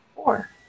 Four